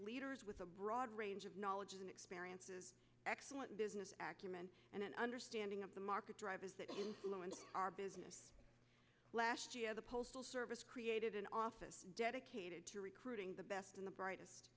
leaders with a broad range of knowledge and experiences excellent business and an understanding of the market drives that influence our business last year the postal service created an office dedicated to recruiting the best and the brightest